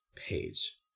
page